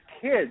kids